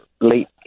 late